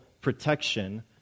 protection